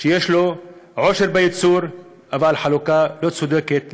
שיש לו עושר בייצור אבל חלוקה לא צודקת,